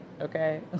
okay